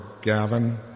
Gavin